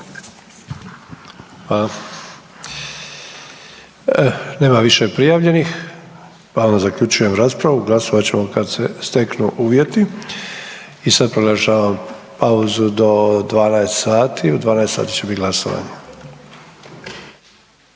Nema više prijavljenih pa onda zaključujem raspravu. Glasovat ćemo kad se steknu uvjeti. I sad proglašavam pauzu do 12 sati. U 12 sati će bit glasovanje.